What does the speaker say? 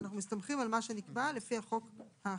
אנחנו מסתמכים על מה שנקבע לפי החוק האחר.